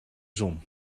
zon